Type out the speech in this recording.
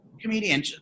comedian